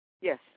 Yes